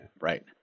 Right